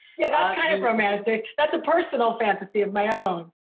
yeah, that's kind of romantic. that's a personal fantasy of my own.